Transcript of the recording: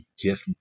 gift